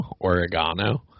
Oregano